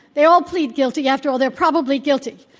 they all plead guilty. after all, they're probably guilty.